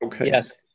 Yes